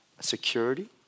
security